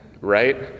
right